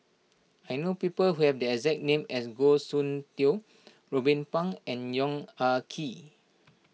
I know people who have the exact name as Goh Soon Tioe Ruben Pang and Yong Ah Kee